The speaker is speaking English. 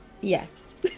Yes